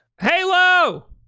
Halo